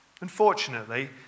Unfortunately